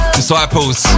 disciples